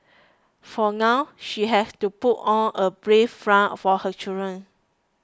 for now she has to put on a brave front for her children